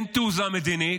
אין תעוזה מדינית,